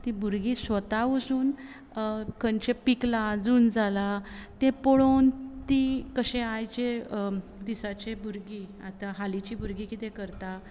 ती भुरगीं स्वता वचून खंयचे पिकला जून जाला ते पळोवन ती कशे आयचे दिसाचे भुरगीं आतां हालीचीं भुरगीं कितें करता